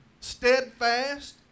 Steadfast